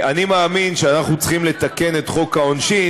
אני מאמין שאנחנו צריכים לתקן את חוק העונשין,